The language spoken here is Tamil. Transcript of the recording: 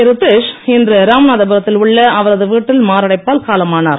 ரித்தீஷ் இன்று ராமநாதபுரத்தில் உள்ள அவரது வீட்டில் மாரடைப்பால் காலமானார்